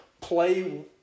play